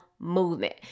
movement